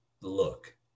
look